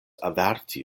averti